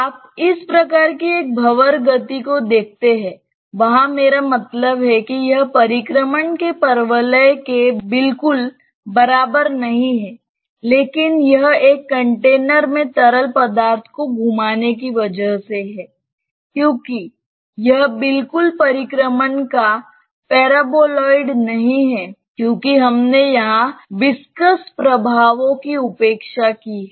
आप इस प्रकार की एक भंवर गति को देखते हैं वहां मेरा मतलब है कि यह परिक्रमण के परवलय के बिल्कुल बराबर नहीं हैं लेकिन यह एक कंटेनर में तरल पदार्थ को घुमाने की वजह से है क्यों यह बिल्कुल परिक्रमण का पाराबोलॉइड नहीं है क्योंकि हमने यहां विसकस प्रभावों की उपेक्षा की है